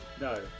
No